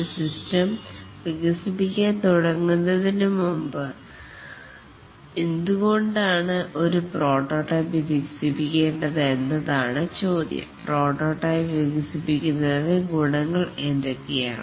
ഒരു സിസ്റ്റം വികസിപ്പിക്കാൻ തുടങ്ങുന്നതിനുമുമ്പ് എന്തുകൊണ്ടാണ് ഒരു പ്രോട്ടോടൈപ്പ് വികസിപ്പിക്കേണ്ടത് എന്നതാണ് ചോദ്യം പ്രോട്ടോടൈപ്പ് വികസിപ്പിക്കുന്നതിന് ഗുണങ്ങൾ എന്തൊക്കെയാണ്